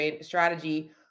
strategy